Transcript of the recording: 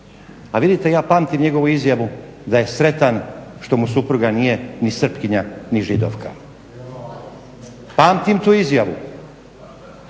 a vidite ja pamtim njegovu izjavu da je sretan što mu supruga nije ni srpkinja ni židovka. Pamtim tu izjavu,